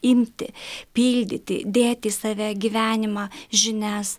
imti pildyti dėti į save gyvenimą žinias